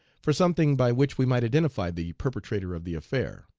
for something by which we might identify the perpetrator of the affair.